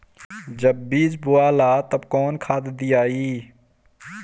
जब बीज बोवाला तब कौन खाद दियाई?